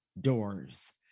doors